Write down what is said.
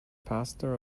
pastor